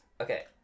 Okay